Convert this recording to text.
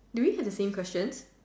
do we have the same questions